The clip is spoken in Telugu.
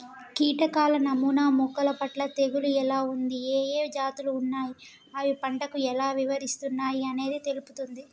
కీటకాల నమూనా మొక్కలపట్ల తెగులు ఎలా ఉంది, ఏఏ జాతులు ఉన్నాయి, అవి పంటకు ఎలా విస్తరిస్తున్నయి అనేది తెలుపుతుంది